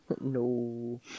No